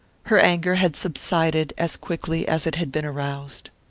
her anger had subsided as quickly as it had been aroused.